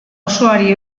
osoari